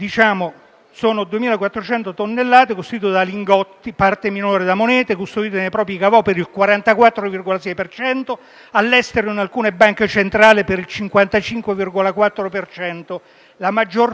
Sono 2.452 tonnellate costituite da lingotti e in parte minore da monete, custodite nei propri *caveau* per il 44,6 per cento; all'estero in alcune banche centrali per il 55,4